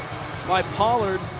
by pollard.